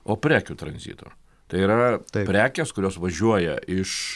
o prekių tranzito tai yra prekės kurios važiuoja iš